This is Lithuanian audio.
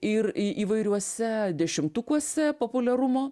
ir įvairiuose dešimtukuose populiarumo